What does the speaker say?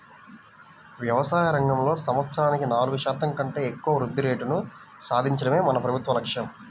వ్యవసాయ రంగంలో సంవత్సరానికి నాలుగు శాతం కంటే ఎక్కువ వృద్ధి రేటును సాధించడమే మన ప్రభుత్వ లక్ష్యం